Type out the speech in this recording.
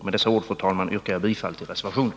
Med dessa ord, fru talman, yrkar jag bifall till reservationen.